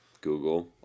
Google